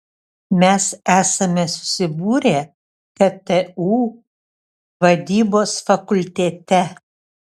mes esame susibūrę ktu vadybos fakultete